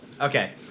Okay